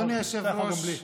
אדוני היושב-ראש,